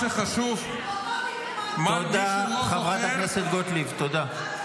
אותו ליברמן --- חברת הכנסת גוטליב, תודה.